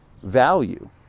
value